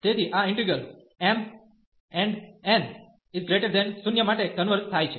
તેથી આ integral mn0 માટે કન્વર્ઝ થાય છે